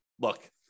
look